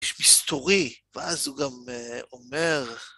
איש מסתורי, ואז הוא גם אומר...